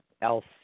else